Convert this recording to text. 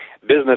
business